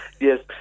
Yes